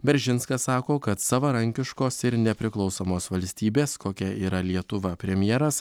beržinskas sako kad savarankiškos ir nepriklausomos valstybės kokia yra lietuva premjeras